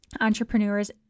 entrepreneurs